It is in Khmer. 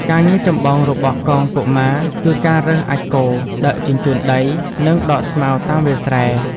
ការងារចម្បងរបស់កងកុមារគឺការរើសអាចម៍គោ ដឹកជញ្ជូនជី និងដកស្មៅតាមវាលស្រែ។